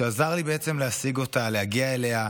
שעזר לי בעצם להשיג אותה, להגיע אליה,